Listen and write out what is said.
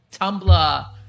Tumblr